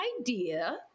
idea